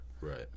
Right